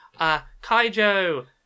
Kaijo